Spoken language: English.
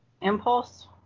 impulse